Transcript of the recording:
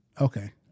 Okay